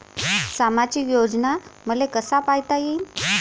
सामाजिक योजना मले कसा पायता येईन?